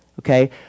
okay